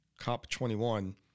COP21